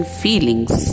feelings